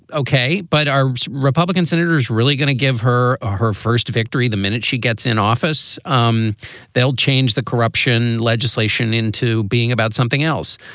okay. but our republican senators really gonna give her ah her first victory the minute she gets in office. um they'll change the corruption legislation into being about something else.